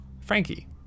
Frankie